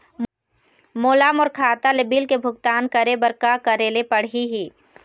मोला मोर खाता ले बिल के भुगतान करे बर का करेले पड़ही ही?